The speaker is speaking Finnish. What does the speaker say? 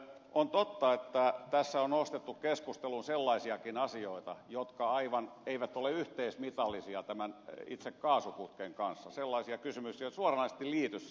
on totta että tässä on nostettu keskusteluun sellaisiakin asioita jotka eivät ole yhteismitallisia tämän itse kaasuputken kanssa sellaisia kysymyksiä jotka eivät suoranaisesti liity siihen